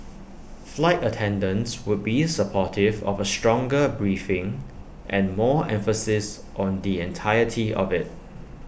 flight attendants would be supportive of A stronger briefing and more emphasis on the entirety of IT